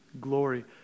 glory